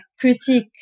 critique